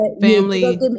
Family